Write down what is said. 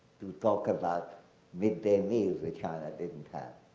to talk about mid day meals which china didn't have.